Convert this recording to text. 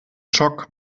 schock